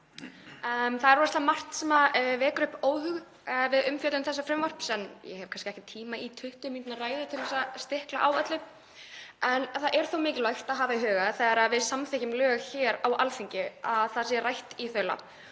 Það er rosalega margt sem vekur óhug við umfjöllun þessa frumvarps en ég hef kannski ekki tíma í 20 mínútna ræðu til að stikla á öllu. Það er þó mikilvægt að hafa í huga þegar við samþykkjum lög hér á Alþingi að það sé rætt í þaula